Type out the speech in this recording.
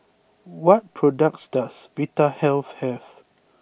what products does Vitahealth have